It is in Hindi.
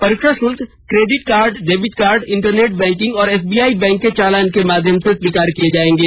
परीक्षा शल्क credit card debit card internet banking और एसबीआई बैंक के चलान के माध्यम से स्वीकार किये जाएंगे